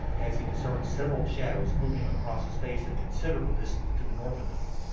as he discerned several shadows moving across a space a considerable distance to the north of them.